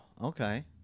okay